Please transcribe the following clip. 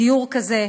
בדיור כזה.